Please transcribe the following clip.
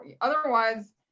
otherwise